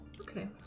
Okay